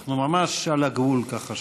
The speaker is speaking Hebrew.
אנחנו ממש על הגבול של